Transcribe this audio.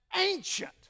ancient